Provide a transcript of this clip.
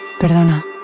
Perdona